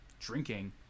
drinking